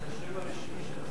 זה השם הרשמי של הסיעה.